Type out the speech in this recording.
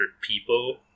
people